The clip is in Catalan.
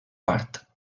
part